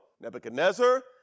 Nebuchadnezzar